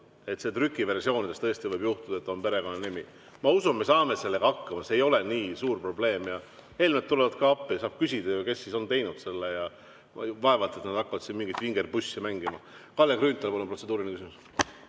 aga trükiversioonis tõesti võib juhtuda, et on ainult perekonnanimi. Ma usun, et me saame sellega hakkama, see ei ole nii suur probleem. Helmed tulevad ka appi, saab küsida, kes on teinud selle, ja vaevalt nad hakkavad siin mingit vingerpussi mängima. Kalle Grünthal, palun, protseduuriline küsimus!